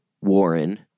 Warren